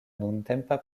nuntempa